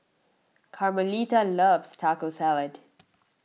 Carmelita loves Taco Salad